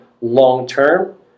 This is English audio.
long-term